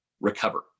recover